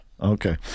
okay